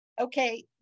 okay